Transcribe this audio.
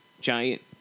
giant